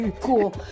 cool